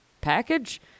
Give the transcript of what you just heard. package